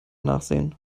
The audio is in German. nachsehen